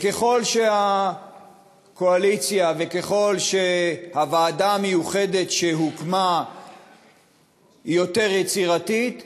וככל שהקואליציה וככל שהוועדה המיוחדת שהוקמה יצירתית יותר,